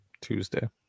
Tuesday